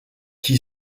qui